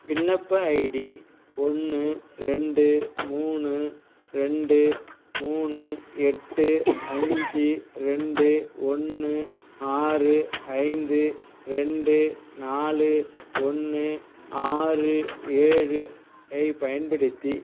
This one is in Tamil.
விண்ணப்ப ஐடி ஒன்று ரெண்டு மூணு ரெண்டு மூணு எட்டு அஞ்சு ரெண்டு ஒன்று ஆறு ஐந்து ரெண்டு நாலு ஒன்று ஆறு ஏழு யைப் பயன்படுத்தி